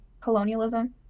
colonialism